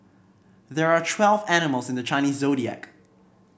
there are twelve animals in the Chinese Zodiac